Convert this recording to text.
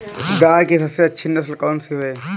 गाय की सबसे अच्छी नस्ल कौनसी है?